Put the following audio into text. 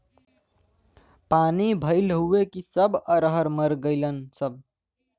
पानी भईल हउव कि सब अरहर मर गईलन सब